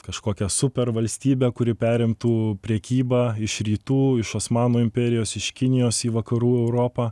kažkokią supervalstybę kuri perimtų prekybą iš rytų iš osmanų imperijos iš kinijos į vakarų europą